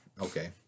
Okay